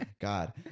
god